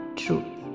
truth